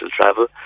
travel